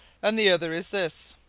and the other is this,